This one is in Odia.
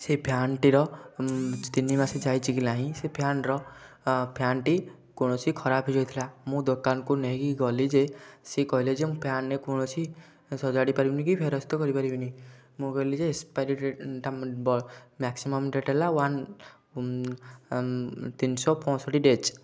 ସେ ଫ୍ୟାନ୍ଟିର ତିନି ମାସ ଯାଇଛି କି ନାହିଁ ସେ ଫ୍ୟାନ୍ର ଫ୍ୟାନ୍ଟି କୌଣସି ଖରାପ ହେଇ ଯାଇଥିଲା ମୁଁ ଦୋକାନକୁ ନେଇକି ଗଲି ଯେ ସେ କହିଲେ ଯେ ମୁଁ ଫ୍ୟାନ୍ରେ କୌଣସି ସଜାଡ଼ି ପାରିବିନି କି ଫେରସ୍ତ କରି ପାରିବିନି ମୁଁ କହିଲି ଯେ ଏକ୍ସପାରି ଡେଟ୍ ମ୍ୟାକ୍ସିମମ୍ ଡେଟ୍ ହେଲା ୱାନ୍ ତିନିଶହ ପଞ୍ଚଷଠି ଡେଜ୍